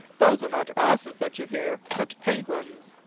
those are not asses that you hear, but penguins.